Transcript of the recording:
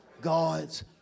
God's